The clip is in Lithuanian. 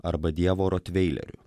arba dievo rotveileriu